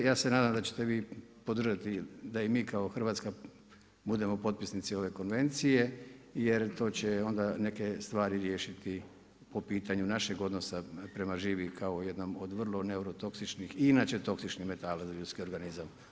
Ja se nadam da ćete vi podržati da i mi kao Hrvatska budemo potpisnici ove konvencije, jer to će onda neke stvari riješiti po pitanju našeg odnosa prema živi, kao jednom od vrlo neurotoksičnih i inače toksičnih metala za ljudski organizam.